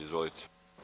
Izvolite.